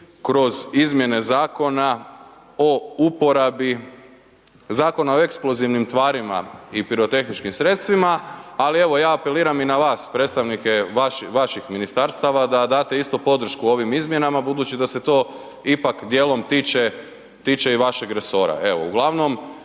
kroz izmjene zakona o uporabi, Zakona o eksplozivnim tvarima i pirotehničkih sredstvima, ali evo ja apeliram i na vas predstavnike vaših ministarstava da date isto podršku ovim izmjenama budući da se to ipak dijelom tiče, tiče i vašeg resora.